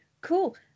cool